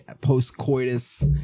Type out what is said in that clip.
post-coitus